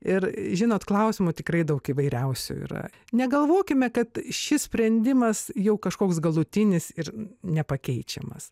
ir žinot klausimų tikrai daug įvairiausių yra negalvokime kad šis sprendimas jau kažkoks galutinis ir nepakeičiamas